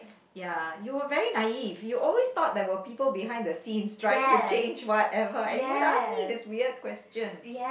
ya you were very naive you always thought there were people behind the scenes trying to change whatever and you would ask me this weird questions